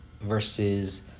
versus